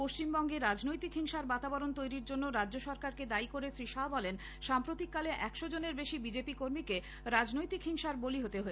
পশ্চিমবঙ্গে রাজনৈতিক হিংসা বাতাবরণ তৈরির জন্য রাজ্য সরকারকে দায়ী করে শ্রী শাহ বলেন সাম্প্রতিককালে একশোজনের বেশি বিজেপি কর্মীকে রাজনৈতিক হিংসার বলি হতে হয়েছে